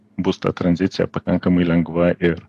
bus ta tranzicija pakankamai lengva ir